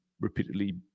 repeatedly